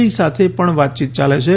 ઈ સાથે પણ વાતયીત યાલે છે